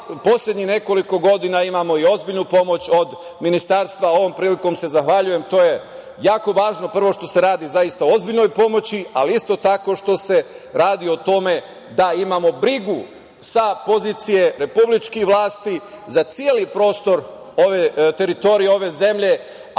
poslednjih nekoliko godina imamo i ozbiljnu pomoć od ministarstva i ovom prilikom se zahvaljujem. To je jako važno, prvo zato što se radi o zaista ozbiljnoj pomoći, ali isto tako i što se radi o tome da imamo brigu sa pozicije republičkih vlasti da celi prostor teritorije ove zemlje,